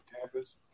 campus